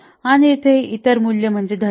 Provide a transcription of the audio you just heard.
आणि येथे इतर मूल्य म्हणजे धैर्य